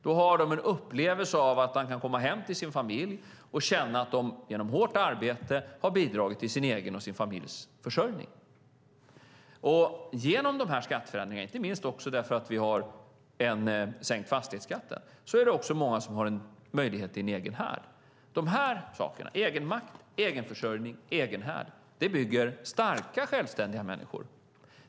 Då har den en upplevelse av att de kan komma hem till sin familj och känna att de genom hårt arbete har bidragit till sin egen och sin familjs försörjning. Genom de här skatteförändringarna, inte minst därför att vi har sänkt fastighetsskatten, är det också många som har en möjlighet till en egen härd. De här sakerna - egenmakt, egenförsörjning och egen härd - bygger starka självständiga människor.